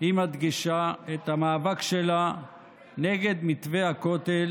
היא מדגישה את המאבק שלה נגד מתווה הכותל.